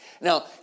Now